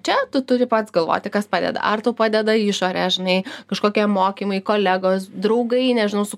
čia tu turi pats galvoti kas padeda ar tau padeda išorė žinai kažkokie mokymai kolegos draugai nežinau su